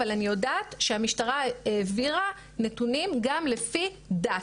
אבל אני יודעת שהמשטרה העבירה נתונים גם לפי דת.